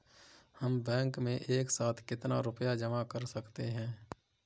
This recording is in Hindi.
हम बैंक में एक साथ कितना रुपया जमा कर सकते हैं?